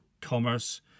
commerce